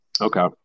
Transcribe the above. Okay